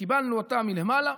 שקיבלנו אותה מלמעלה,